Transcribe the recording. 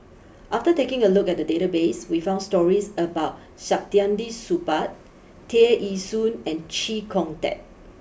after taking a look at the database we found stories about Saktiandi Supaat Tear Ee Soon and Chee Kong Tet